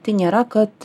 tai nėra kad